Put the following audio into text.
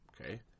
Okay